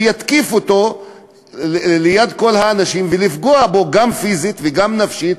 והוא יתקיף אותו ליד כל האנשים ויפגע בו גם פיזית וגם נפשית,